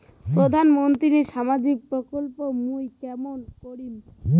প্রধান মন্ত্রীর সামাজিক প্রকল্প মুই কেমন করিম?